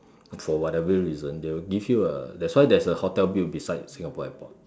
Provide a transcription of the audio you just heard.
for whatever reason they will give you a that's why there's a hotel built beside Singapore airport